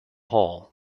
hall